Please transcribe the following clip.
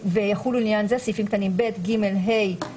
ויחולו לעניין זה סעיפים קטנים (ב), (ג), (ה),